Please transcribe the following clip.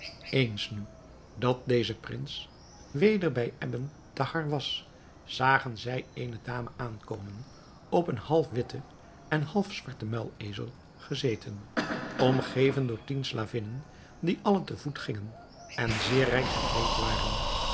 eens nu dat deze prins weder bij ebn thahar was zagen zij eene dame aankomen op een half witten en half zwarten muilezel gezeten omgeven door tien slavinnen die alle te voet gingen en zeer rijk gekleed waren